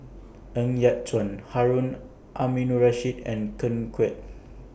Ng Yat Chuan Harun Aminurrashid and Ken Kwek